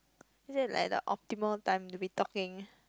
this is like the optimal time to be talking